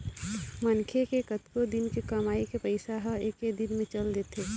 मनखे के कतको दिन के कमई के पइसा ह एके दिन म चल देथे